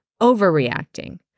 overreacting